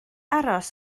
aros